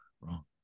wrong